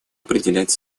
определять